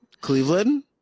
Cleveland